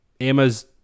Emma's